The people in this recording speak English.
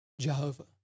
Jehovah